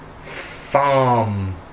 farm